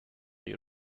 you